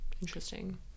interesting